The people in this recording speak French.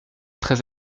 très